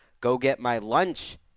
go-get-my-lunch